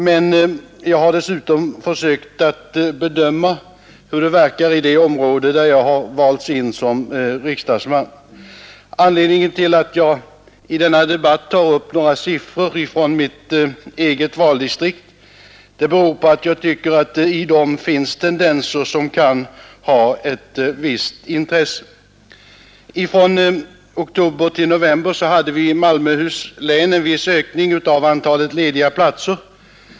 Men jag har dessutom försökt att bedöma hur de verkar i det område vilket jag som riksdagsman representerar. Anledningen till att jag i mitt anförande nämner några siffror från mitt eget valdistrikt är att jag tycker att det i dem finns tendenser som kan ha ett visst intresse. Från oktober till november hade vi i Malmöhus län en viss ökning av antalet lediga platser.